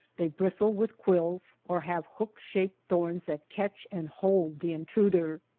they bristle with quills or have hook shaped thorns that catch and hold the intruder.